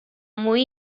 muy